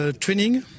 training